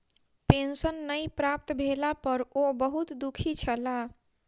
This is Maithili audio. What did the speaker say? पेंशन नै प्राप्त भेला पर ओ बहुत दुःखी छला